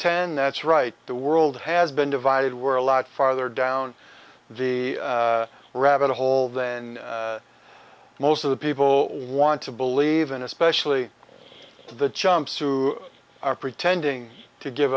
ten that's right the world has been divided where a lot farther down the rabbit hole than most of the people want to believe in especially the chumps who are pretending to give